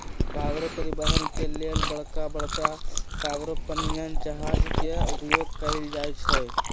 cargo परिवहन के लेल बड़का बड़का कार्गो पनिया जहाज के उपयोग कएल जाइ छइ